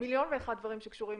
מיליון ואחד דברים שקשורים